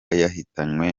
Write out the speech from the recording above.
yahitanywe